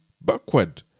backward